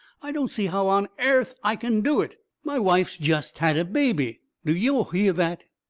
i don't see how on airth i kin do it. my wife's jest had a baby. do yo' hear that?